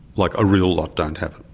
like a real lot don't have it.